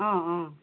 অঁ অঁ